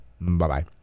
Bye-bye